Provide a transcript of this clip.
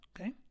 okay